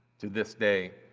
to this day,